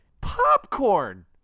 Popcorn